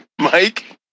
Mike